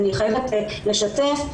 אני חייבת לשתף,